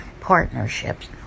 partnerships